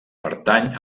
pertany